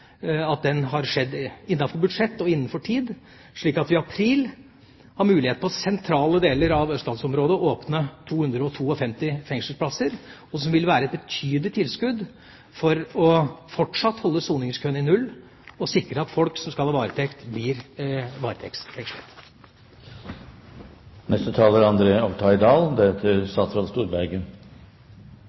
at den milliardinvesteringen som er gjort bl.a. gjennom byggingen av Halden fengsel, har skjedd innenfor budsjett og innenfor tid, slik at vi i april får mulighet til å åpne 252 fengselsplasser i det sentrale østlandsområdet. Det vil være et betydelig tilskudd for fortsatt å holde soningskøen i null og sikre at folk som skal ha varetekt, blir